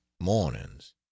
mornings